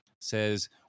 says